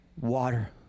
water